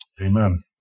Amen